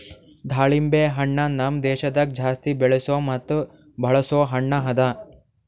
ದಾಳಿಂಬೆ ಹಣ್ಣ ನಮ್ ದೇಶದಾಗ್ ಜಾಸ್ತಿ ಬೆಳೆಸೋ ಮತ್ತ ಬಳಸೋ ಹಣ್ಣ ಅದಾ